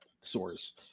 source